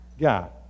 God